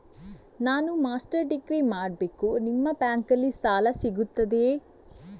ನಾನು master degree ಮಾಡಬೇಕು, ನಿಮ್ಮ ಬ್ಯಾಂಕಲ್ಲಿ ಸಾಲ ಸಿಗುತ್ತದೆಯೇ?